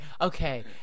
Okay